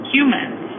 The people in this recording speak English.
Humans